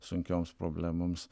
sunkioms problemoms